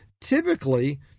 typically